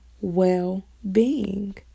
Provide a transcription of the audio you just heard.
well-being